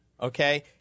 Okay